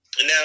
Now